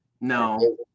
No